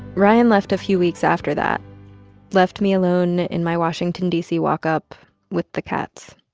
ryan left a few weeks after that left me alone in my washington, d c, walk-up with the cats.